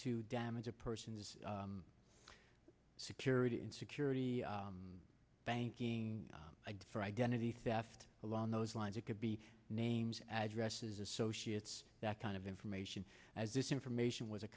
to damage a person's security in security banking for identity theft along those lines it could be names addresses associates that kind of information as this information was a